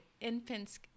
Infants